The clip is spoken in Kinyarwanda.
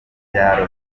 rya